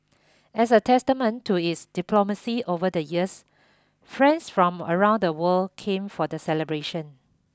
as a testament to its diplomacy over the years friends from around the world came for the celebration